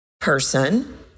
person